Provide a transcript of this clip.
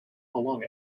along